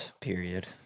Period